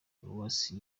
paruwasi